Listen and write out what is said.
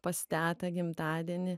pas tetą gimtadieny